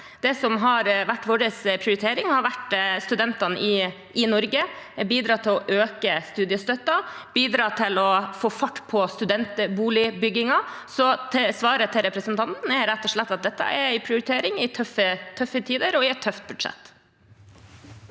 Det som har vært vår prioritering, har vært studentene i Norge – å bidra til å øke studiestøtten, bidra til å få fart på studentboligbyggingen – så svaret til representanten er rett og slett at dette er en prioritering i tøffe tider og i et tøft budsjett.